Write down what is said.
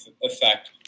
effect